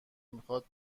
میخواد